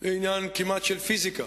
זה עניין כמעט של פיזיקה.